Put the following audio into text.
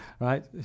right